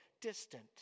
distant